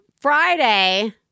Friday